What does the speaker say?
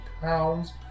pounds